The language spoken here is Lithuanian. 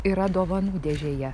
yra dovanų dėžėje